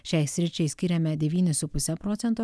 šiai sričiai skiriame devynis su puse procento